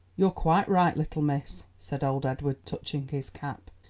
you're quite right, little miss, said old edward, touching his cap.